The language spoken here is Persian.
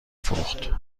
فروخت